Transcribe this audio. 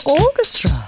Orchestra